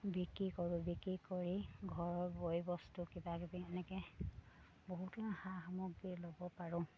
বিক্ৰী কৰোঁ বিক্ৰী কৰি ঘৰৰ বয়বস্তু কিবা কিবি এনেকৈ বহুতো সা সামগ্ৰী ল'ব পাৰোঁ